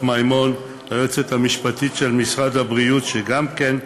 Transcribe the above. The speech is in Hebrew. מימון, ליועצת המשפטית של משרד הבריאות, שגם כן,